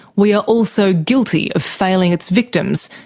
we are also guilty of failing its victims,